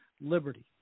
liberty